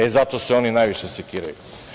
E, zato se oni najviše sekiraju.